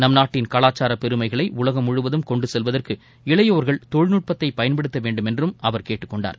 நம் நாட்டின் காலாச்சுர பெருமைகளை உலகம் முழுவதும் கொண்டு செல்வதற்கு இளையோர்கள் தொழில்நுட்பத்தை பயன்படுத்த வேண்டுமென்றும் அவர் கேட்டுக் கொண்டார்